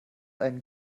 einen